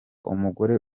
umugore